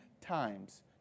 times